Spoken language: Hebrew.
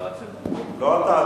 לא אתה,